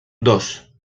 dos